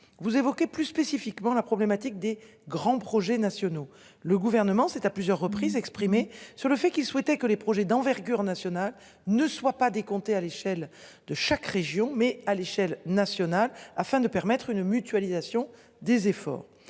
Vous évoquez plus spécifiquement la problématique des grands projets nationaux. Le gouvernement s'est à plusieurs reprises exprimé sur le fait qu'il souhaitait que les projets d'envergure nationale ne soit pas décompté à l'échelle de chaque région. Mais à l'échelle nationale afin de permettre une mutualisation des efforts.